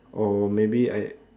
or maybe I